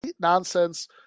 nonsense